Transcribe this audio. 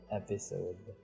episode